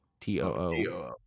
T-O-O